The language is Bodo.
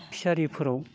फिसारिफोराव